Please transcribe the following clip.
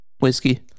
whiskey